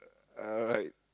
alright